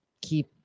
keep